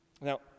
Now